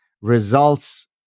results